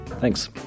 Thanks